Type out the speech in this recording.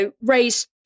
raise